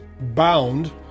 bound